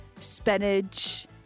spinach